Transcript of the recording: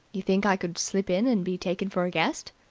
you think i could slip in and be taken for a guest?